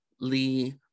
lee